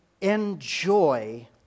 enjoy